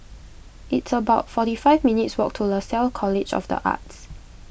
it's about forty five minutes' walk to Lasalle College of the Arts